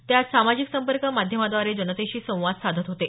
ते आज सामाजिक संपर्क माध्यमाद्वारे जनतेशी संवाद साधत होते